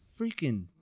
freaking